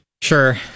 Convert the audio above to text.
Sure